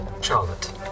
Charlotte